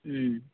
మ్మ్